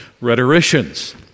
rhetoricians